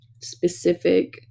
specific